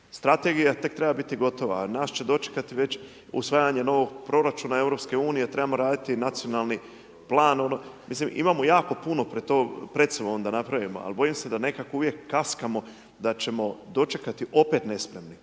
Strategija tek treba biti gotova a nas će dočekati već usvajanje nogo proračuna EU-a, trebamo raditi nacionalni plan, mislim imamo jako puno pred sobom da napravimo a bojim se da nekako uvijek kaskamo da ćemo dočekati opet nespremni.